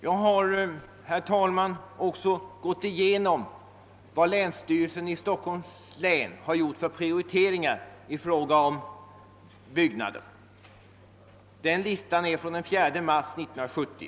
Jag har, herr talman, också gått igenom det förslag som länsstyrelsen i Stockholms län avgivit när det gäller prioriteringen av byggnadsarbeten. Det är från den 4 mars 1970.